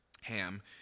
Ham